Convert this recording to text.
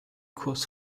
kurs